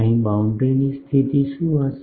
અહીં બાઉન્ડ્રીની સ્થિતિ શું હશે